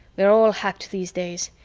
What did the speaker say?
we're all hacked these days,